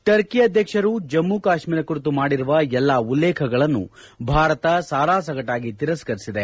Turkey ಅಧ್ವಕ್ಷರು ಜಮ್ಮ ಕಾಶ್ಮೀರ ಕುರಿತು ಮಾಡಿರುವ ಎಲ್ಲ ಉಲ್ಲೇಖಗಳನ್ನು ಭಾರತ ಸಾರಾಸಗಟಾಗಿ ತಿರಸ್ಕರಿಸಿದೆ